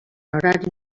horari